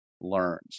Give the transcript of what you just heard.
learns